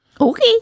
Okay